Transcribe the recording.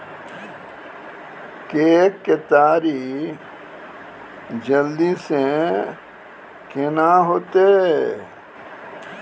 के केताड़ी जल्दी से के ना होते?